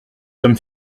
sommes